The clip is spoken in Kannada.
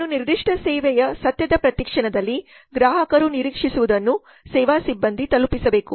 ಒಂದು ನಿರ್ದಿಷ್ಟ ಸೇವೆಯ ಸತ್ಯದ ಪ್ರತಿ ಕ್ಷಣದಲ್ಲಿ ಗ್ರಾಹಕರು ನಿರೀಕ್ಷಿಸುವದನ್ನು ಸೇವಾ ಸಿಬ್ಬಂದಿ ತಲುಪಿಸಬೇಕು